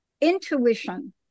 intuition